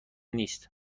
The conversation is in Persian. نیست